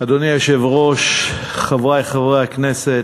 אדוני היושב-ראש, חברי חברי הכנסת,